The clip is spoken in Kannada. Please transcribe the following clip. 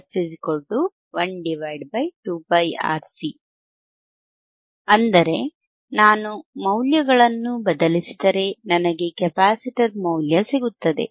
F1 2πRC ಅಂದರೆ ನಾನು ಮೌಲ್ಯಗಳನ್ನು ಬದಲಿಸಿದರೆ ನನಗೆ ಕೆಪಾಸಿಟರ್ ಮೌಲ್ಯ ಸಿಗುತ್ತದೆ